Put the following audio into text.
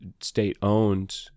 state-owned